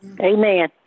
amen